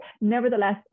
Nevertheless